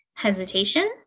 hesitation